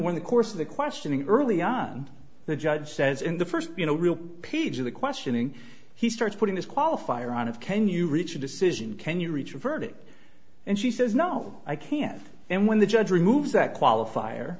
in the course of the questioning early on the judge says in the first you know real page of the questioning he starts putting this qualifier on of can you reach a decision can you reach a verdict and she says no i can't and when the judge removes that qualifier